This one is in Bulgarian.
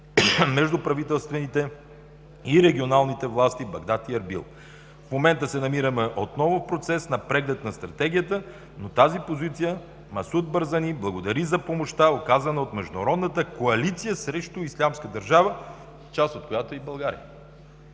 между правителствените и регионалните власти в Багдат и Ербил. В момента са намираме отново в процес на преглед на Стратегията, но по тази позиция Масуд Барзани благодари за помощта, оказана от международната коалиция срещу Ислямска държава, част от която е и България.